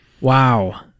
wow